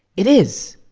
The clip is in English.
it is.